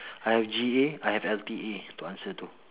I have G_A I have L_T_A to answer to